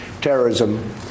terrorism